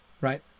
right